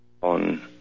on